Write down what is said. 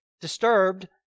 disturbed